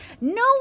No